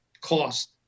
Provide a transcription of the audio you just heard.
cost